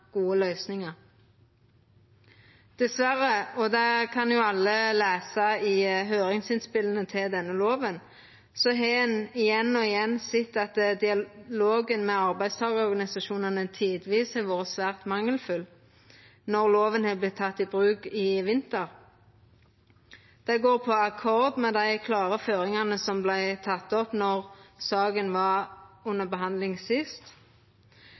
gode løysingar. Dessverre – og det kan jo alle lesa i høyringsinnspela til denne loven – har ein igjen og igjen sett at dialogen med arbeidstakarorganisasjonane tidvis har vore svært mangelfull då loven vart teken i bruk i vinter. Det går på akkord med dei klare føringane som vart tekne opp då saka var under behandling sist.